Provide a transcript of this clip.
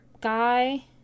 guy